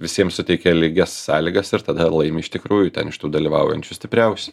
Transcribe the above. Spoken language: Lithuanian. visiems suteikia lygias sąlygas ir tada laimi iš tikrųjų ten iš tų dalyvaujančių stipriausi